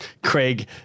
Craig